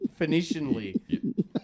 Phoenicianly